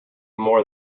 more